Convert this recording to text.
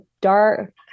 dark